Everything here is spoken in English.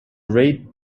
raid